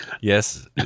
Yes